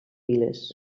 viles